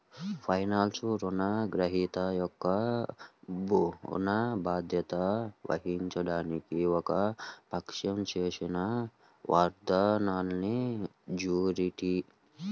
ఫైనాన్స్లో, రుణగ్రహీత యొక్క ఋణ బాధ్యత వహించడానికి ఒక పక్షం చేసిన వాగ్దానాన్నిజ్యూరిటీ